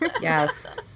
Yes